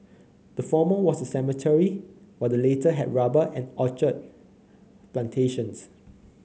the former was a cemetery while the latter had rubber and orchard plantations